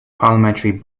parliamentary